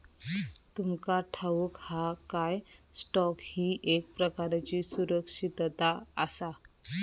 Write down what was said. तुमका ठाऊक हा काय, स्टॉक ही एक प्रकारची सुरक्षितता आसा?